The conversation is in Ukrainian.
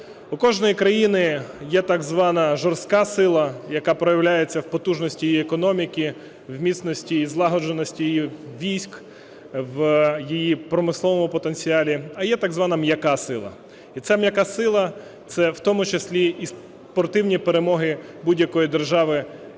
У кожної країни є так звана жорстка сила, яка проявляється в потужності її економіки, у міцності і злагодженості її військ, в її промисловому потенціалі, а є так звана м'яка сила. І ця м'яка сила – це в тому числі і спортивні перемоги будь-якої держави,